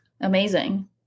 Amazing